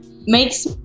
makes